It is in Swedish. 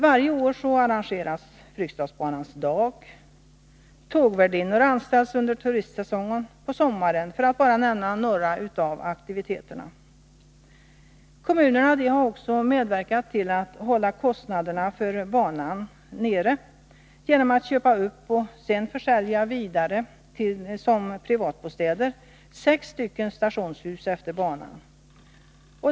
Varje år arrangeras Fryksdalsbanans dag, och tågvärdinnor anställs under turistsäsongen på sommaren, för att bara nämna några av aktiviteterna. Kommunerna har också medverkat till att hålla nere kostnaderna för banan genom att köpa upp och sedan sälja som privatbostäder sex stationshus.